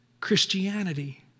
Christianity